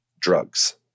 drugs